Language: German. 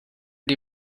die